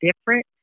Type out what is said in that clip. different